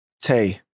Tay